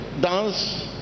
dance